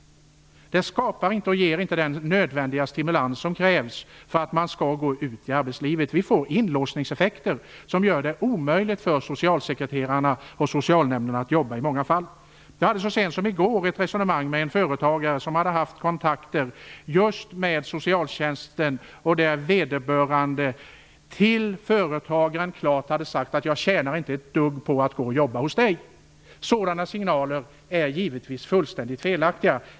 Det ger inte den nödvändiga stimulans som krävs för att människor skall gå ut i arbetslivet. Vi får inlåsningseffekter, som i många fall gör det omöjligt för socialsekreterarna och Socialnämnden att jobba. Jag förde så sent som i går ett resonemang med en företagare som hade haft kontakter just med socialtjänsten. En person som erbjöds arbete hade då sagt till företagaren att han inte skulle tjäna ett dugg på att jobba hos honom. Sådana signaler är givetvis fullständigt felaktiga.